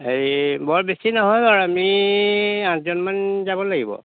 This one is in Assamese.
হেৰি বৰ বেছি নহয় বাৰু আমি আঠজনমান যাব লাগিব